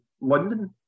London